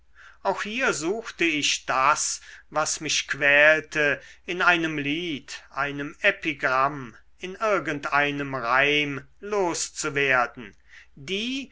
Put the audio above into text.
auch hier suchte ich das was mich quälte in einem lied einem epigramm in irgend einem reim loszuwerden die